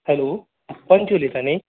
hello पंच उलयता न्ही